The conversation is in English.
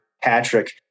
Patrick